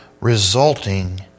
resulting